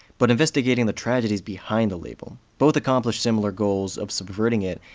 but investigating the tragedies behind the label. both accomplish similar goals of subverting it,